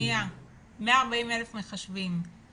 140,000 מחשבים.